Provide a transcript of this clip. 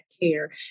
care